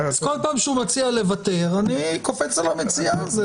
כל פעם שהוא מציע לוותר אני קופץ על המציאה.